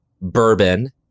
bourbon